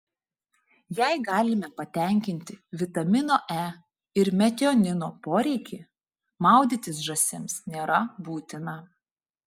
jei galime patenkinti vitamino e ir metionino poreikį maudytis žąsims nėra būtina